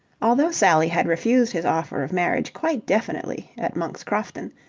although sally had refused his offer of marriage quite definitely at monk's crofton,